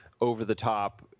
over-the-top